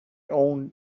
own